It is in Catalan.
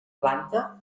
planta